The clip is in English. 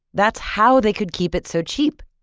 that's how they could keep it so cheap.